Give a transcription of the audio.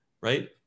right